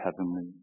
Heavenly